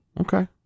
Okay